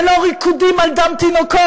ולא ריקודים על דם תינוקות.